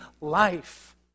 life